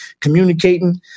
communicating